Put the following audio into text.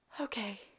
okay